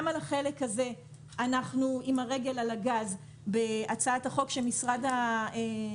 גם על החלק הזה אנחנו עם הרגל על הגז בהצעת החוק שמשרד המשפטים